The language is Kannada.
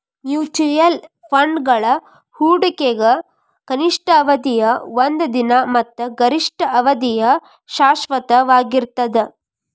ಮ್ಯೂಚುಯಲ್ ಫಂಡ್ಗಳ ಹೂಡಿಕೆಗ ಕನಿಷ್ಠ ಅವಧಿಯ ಒಂದ ದಿನ ಮತ್ತ ಗರಿಷ್ಠ ಅವಧಿಯ ಶಾಶ್ವತವಾಗಿರ್ತದ